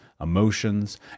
emotions